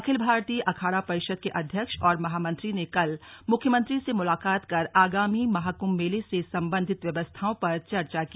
अखिल भारतीय अखाड़ा परिषद के अध्यक्ष और महामंत्री ने कल मुख्यमंत्री से मुलाकात कर आगामी महाकुम्भ मेले से सम्बन्धित व्यवस्थाओं पर चर्चा की